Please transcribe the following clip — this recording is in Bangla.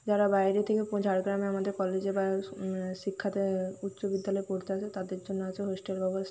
যারা বাইরে থেকে পো ঝাড়গ্রামে আমাদের কলেজে বা শিক্ষাতে উচ্চ বিদ্যালয় পড়তে আসে তাদের জন্য আছে হোস্টেল ব্যবস্থা